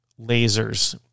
lasers